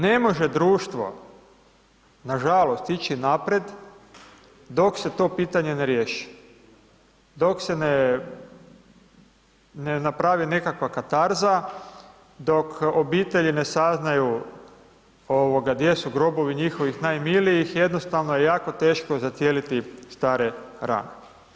Ne može društvo, nažalost, ići naprijed dok se to pitanje ne riješi, dok se ne napravi nekakva katarza, dok obitelji ne saznaju gdje su grobovi njihovih najmilijih, jednostavno je jako teško zacijeliti stare rane.